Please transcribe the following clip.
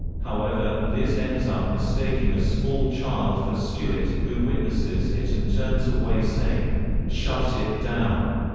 however, liz ends up mistaking a small child for stewart, who witnesses it and turns away saying shut it down.